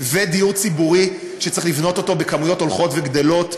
ודיור ציבורי שצריך לבנות בכמויות הולכות וגדלות,